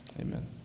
Amen